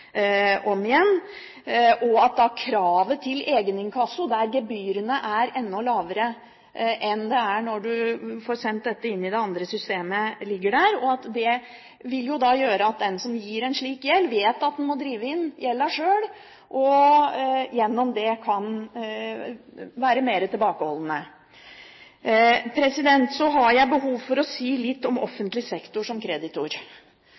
om igjen. Kravet til egeninkasso, der gebyrene er enda lavere enn de er når man får sendt dette inn i det andre systemet, ligger der, og det vil jo gjøre at den som gir en slik kreditt, vil vite at man må drive inn gjelda sjøl, og gjennom det kan være mer tilbakeholden. Så har jeg behov for å si litt om offentlig sektor som kreditor,